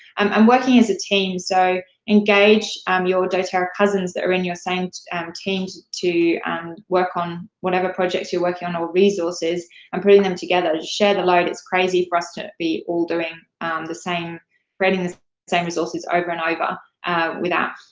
um and working as a team, so engage um your doterra cousins that are in your same and team to to um work on whatever projects you're working on, or resources and putting them together. share the load. it's crazy for us to be all doing the same the same resources over and over without